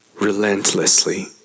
relentlessly